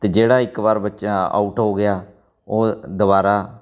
ਅਤੇ ਜਿਹੜਾ ਇੱਕ ਵਾਰ ਬੱਚਾ ਆਊਟ ਹੋ ਗਿਆ ਉਹ ਦੁਬਾਰਾ